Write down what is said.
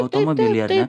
automobilyje ar ne